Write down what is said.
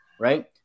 Right